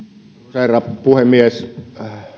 herra puhemies